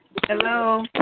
Hello